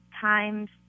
times